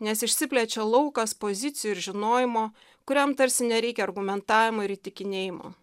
nes išsiplečia laukas pozicijų ir žinojimo kuriam tarsi nereikia argumentavimo ir įtikinėjimo